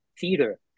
theater